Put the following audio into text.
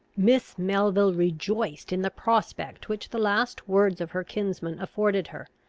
miss melville rejoiced in the prospect, which the last words of her kinsman afforded her,